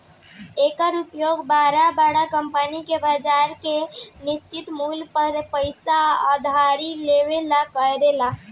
एकर उपयोग बरका बरका कंपनी ब्याज के निश्चित मूल पर पइसा उधारी लेवे ला करेले